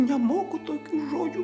nemoku tokių žodžių